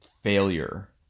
failure